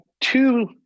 two